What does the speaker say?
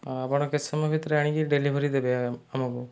ଆପଣ କେତେ ସମୟ ଭିତରେ ଆଣିକି ଡେଲିଭରି ଦେବେ ଆମକୁ